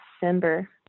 December